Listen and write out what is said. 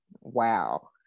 wow